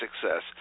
success